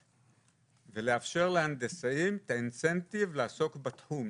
ולאפשר להנדסאים את התמריץ לעסוק בתחום,